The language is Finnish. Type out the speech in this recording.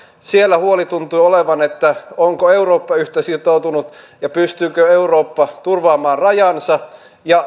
siellä huoli tuntui olevan onko eurooppa yhtä sitoutunut ja pystyykö eurooppa turvaamaan rajansa ja